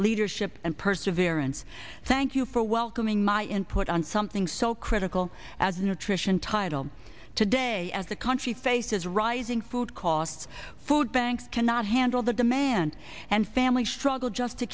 leadership and perseverance thank you for welcoming my input on something so critical as nutrition title today as the country faces rising food costs food banks cannot handle the demand and family struggle just to